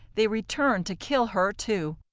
they returned to kill her, too.